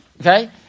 Okay